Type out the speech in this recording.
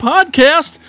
Podcast